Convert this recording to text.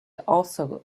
also